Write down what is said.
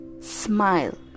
Smile